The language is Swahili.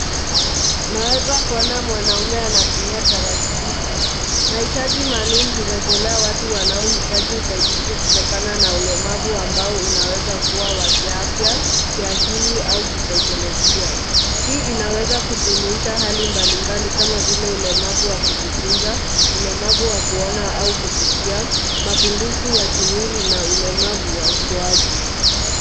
Naweza kuona mwanaume ambaye anatumia tarakilishi. Maitaji maalum urejelea watu wanaoitajiusaidizi kutokana na ulemavu ambao unaweza kuwa wa kiafya, kiakili au kisaikolojia. Hii inaweza kujumuisha hali mbalimbali kama vile ulemavu wa kujifunza, ulemavu wa kuona au kusikia, mapungufu ya mwili na ulemavu wa ukuaji.